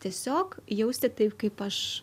tiesiog jausti taip kaip aš